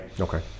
Okay